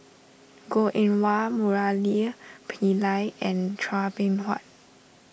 Goh Eng Wah Murali Pillai and Chua Beng Huat